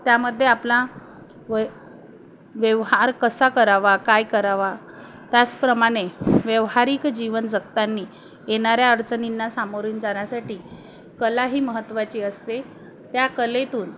त्यामध्ये आपला व व्यवहार कसा करावा काय करावा त्याचप्रमाने व्यावहारिक जीवन जगताना येणाऱ्या अडचणींना सामोरून जाण्यासाठी कला ही महत्त्वाची असते त्या कलेतून